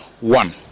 one